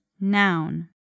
Noun